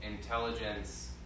intelligence